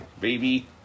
baby